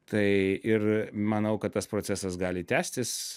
tai ir manau kad tas procesas gali tęstis